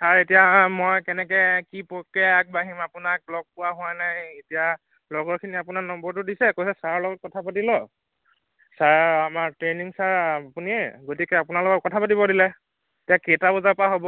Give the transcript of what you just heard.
sir এতিয়া মই কেনেকৈ কি প্ৰক্ৰিয়াৰে আগবাঢ়িম আপোনাক লগ পোৱা হোৱা নাই এতিয়া লগৰখিনিয়ে আপোনাৰ নম্বৰটো দিছে কৈছে ছাৰৰ লগত কথা পাতি ল' ছাৰে আমাক ট্ৰেইনিং ছাৰ আপুনিয়ে গতিকে আপোনাৰ লগত কথা পাতিব দিলে এতিয়া কেইটা বজাৰ পৰা হ'ব